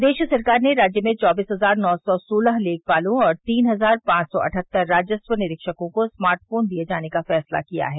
प्रदेश सरकार ने राज्य में चौबीस हजार नौ सौ सोलह लेखपालों और तीन हजार पांच सौ अठ्हत्तर राजस्व निरीक्षकों को स्मार्ट फोन दिये जाने का फैंसला किया है